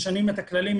משנים את הכללים,